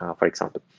um for example.